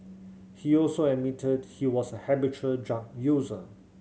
he also admitted he was a habitual drug user